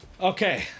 Okay